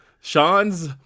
Sean's